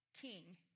king